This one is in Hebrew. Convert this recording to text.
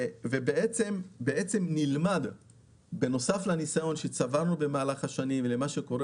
בעצם בנוסף לניסיון שצברנו במהלך השנים וכל מה שקורה